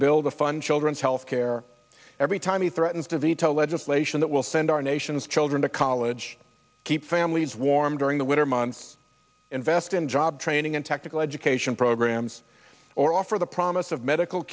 the fund children's health care every time he threatens to veto legislation that will send our nation's children to college keep families warm during the winter months invest in job training and technical education programs or offer the promise of medical